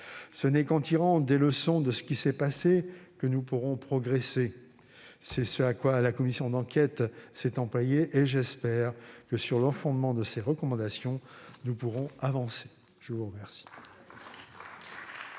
Ce n'est qu'en tirant les leçons de ce qui s'est passé que nous pourrons progresser. C'est ce à quoi la commission d'enquête s'est employée. J'espère que, sur le fondement de ses recommandations, nous pourrons avancer. La parole